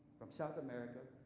from south america.